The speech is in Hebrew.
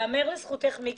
מיקי,